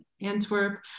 Antwerp